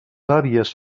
àvies